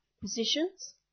positions